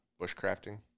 Bushcrafting